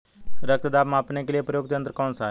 रक्त दाब मापने के लिए प्रयुक्त यंत्र कौन सा है?